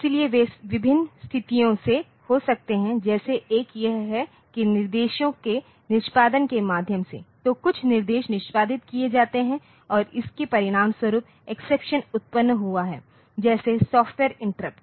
इसलिए वे विभिन्न स्थितियों से हो सकते हैं जैसे एक यह है कि निर्देशों के निष्पादन के माध्यम से तो कुछ निर्देश निष्पादित किए जाते हैं और इसके परिणामस्वरूप एक्सेप्शन उत्पन्न हुआ है जैसे सॉफ्टवेयर इंटरप्ट